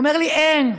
הוא אומר לי: אין.